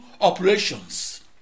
operations